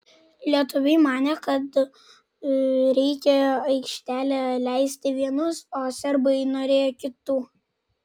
lietuviai manė kad reikia į aikštelę leisti vienus o serbai norėjo kitų